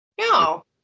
no